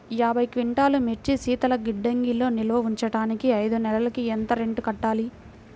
యాభై క్వింటాల్లు మిర్చి శీతల గిడ్డంగిలో నిల్వ ఉంచటానికి ఐదు నెలలకి ఎంత రెంట్ కట్టాలి?